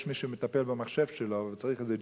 יש מי שמטפל במחשב שלו, הוא צריך איזה ג'יניוס,